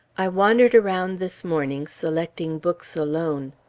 i wandered around this morning selecting books alone.